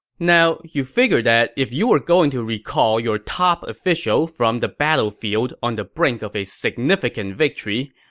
now, you figured that if you were going to recall your top official from the battlefield on the brink of a significant victory,